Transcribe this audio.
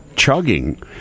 chugging